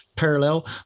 Parallel